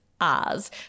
Oz